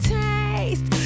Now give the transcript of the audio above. taste